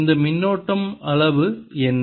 இந்த மின்னோட்டம் அளவு என்ன